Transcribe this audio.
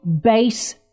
base